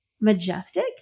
majestic